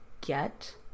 Get